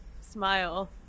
Smile